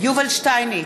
יובל שטייניץ,